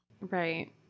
Right